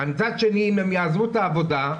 ומצד שני אם הם יעזבו את העבודה,